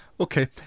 Okay